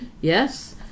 Yes